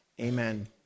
Amen